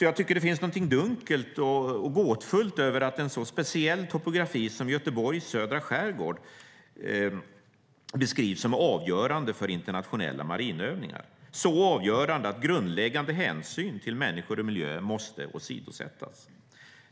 Jag tycker att det är någonting dunkelt och gåtfullt över att en så speciell topografi som Göteborgs södra skärgård beskrivs som avgörande för internationella marinövningar - så avgörande att grundläggande hänsyn till människor och miljöer måste åsidosättas.